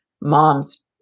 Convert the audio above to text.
moms